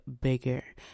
bigger